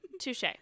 Touche